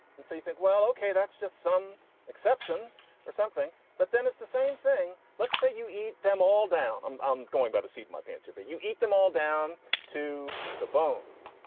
and so you think, well, ok, that's just some exception or something, but then it's the same thing. let's say you eat them all down. i'm i'm going by the seat. my pants are. but you eat them all down to the bones.